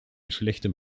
schlechtem